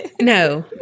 No